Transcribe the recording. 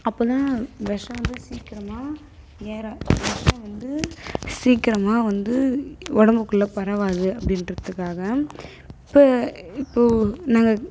அப்போ தான் விஷம் வந்து சீக்கிரமாக ஏறா விஷம் வந்து சீக்கிரமாக வந்து உடம்புக்குள்ள பரவாது அப்படின்றதுக்காக இப்போ இப்போது நாங்க